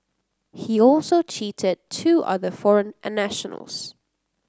he also cheated two other foreign nationals